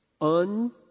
un-